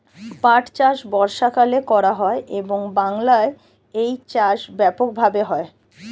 পাট চাষ বর্ষাকালে করা হয় এবং বাংলায় এই চাষ ব্যাপক ভাবে হয়